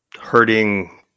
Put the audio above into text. hurting